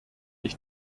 ich